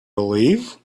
believe